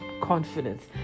confidence